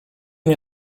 nie